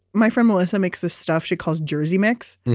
my friend, melissa, makes this stuff she calls jersey mix